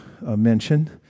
mention